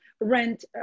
rent